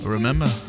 Remember